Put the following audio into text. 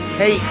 hey